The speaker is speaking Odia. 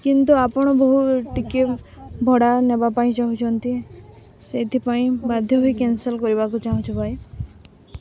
କିନ୍ତୁ ଆପଣ ବହୁ ଟିକେ ଭଡ଼ା ନେବା ପାଇଁ ଚାହୁଁଛନ୍ତି ସେଇଥିପାଇଁ ବାଧ୍ୟ ହୋଇ କ୍ୟାନ୍ସଲ୍ କରିବାକୁ ଚାହୁଁଛୁ ଭାଇ